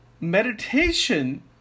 meditation